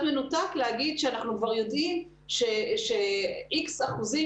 מנותק להגיד שאנחנו כבר יודעים ש-X אחוזים